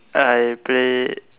I played